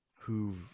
Who've